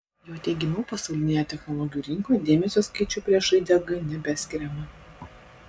jo teigimu pasaulinėje technologijų rinkoje dėmesio skaičiui prieš raidę g nebeskiriama